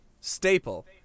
staple